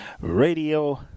radio